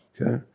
Okay